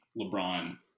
LeBron